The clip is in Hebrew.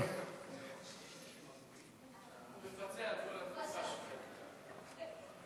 אנחנו עוברים לסעיף הבא שעל סדר-היום, בעזרת השם: